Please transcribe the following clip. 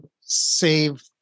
save